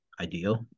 ideal